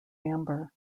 amber